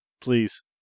Please